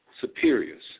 superiors